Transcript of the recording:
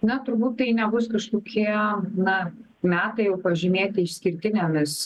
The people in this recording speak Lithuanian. na turbūt tai nebus kažkokie na metai jau pažymėti išskirtinėmis